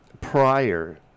prior